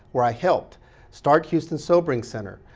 where i helped start houston sobering center,